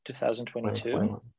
2022